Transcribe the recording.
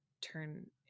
turn